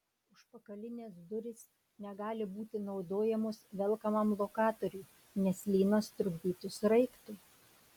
užpakalinės durys negali būti naudojamos velkamam lokatoriui nes lynas trukdytų sraigtui